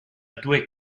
due